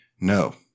no